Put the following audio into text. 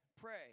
pray